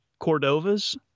Cordovas